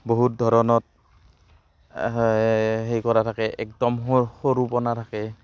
বহুত ধৰণত হেৰি কৰা থাকে একদম সৰু পোনা থাকে